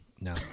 No